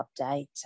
update